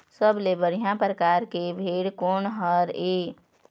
सबले बढ़िया परकार के भेड़ कोन हर ये?